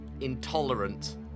intolerant